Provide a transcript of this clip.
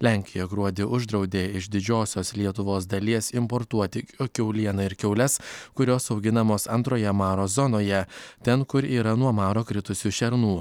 lenkija gruodį uždraudė iš didžiosios lietuvos dalies importuoti kiaulieną ir kiaules kurios auginamos antroje maro zonoje ten kur yra nuo maro kritusių šernų